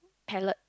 palette